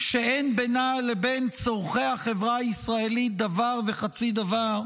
שאין בינה לבין צורכי החברה הישראלית דבר וחצי דבר,